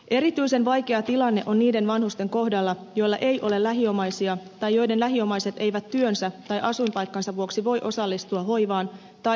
erityisen vaikea tilanne on niiden vanhusten kohdalla joilla ei ole lähiomaisia tai joiden lähiomaiset eivät työnsä tai asuinpaikkansa vuoksi voi osallistua hoivaan tai hoivapalveluiden järjestämiseen